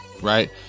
Right